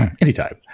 Anytime